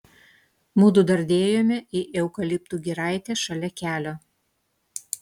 mudu dardėjome į eukaliptų giraitę šalia kelio